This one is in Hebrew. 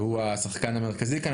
שהוא השחקן המרכזי כאן,